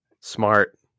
Smart